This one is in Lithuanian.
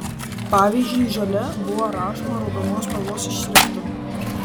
pavyzdžiui žalia buvo rašoma raudonos spalvos šriftu